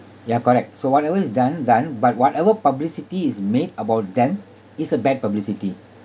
ya correct so whatever is done done but whatever publicity is made about them is a bad publicity